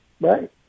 right